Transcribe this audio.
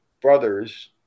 brothers